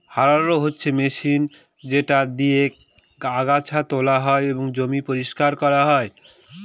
harrow হচ্ছে machine যেটা দিয়েক আগাছা তোলা হয়, জমি পরিষ্কার করানো হয়